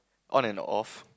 on and off